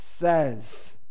says